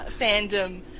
fandom